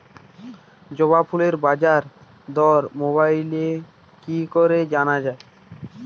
জবা ফুলের বাজার দর মোবাইলে কি করে জানা যায়?